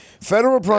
Federal